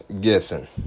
Gibson